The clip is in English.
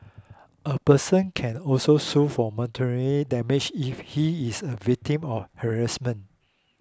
a person can also sue for monetary damage if he is a victim of harassment